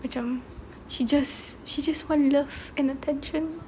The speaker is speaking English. macam she just she just want love and attention